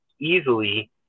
easily